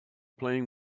playing